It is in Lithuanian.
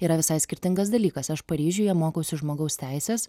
yra visai skirtingas dalykas aš paryžiuje mokausi žmogaus teises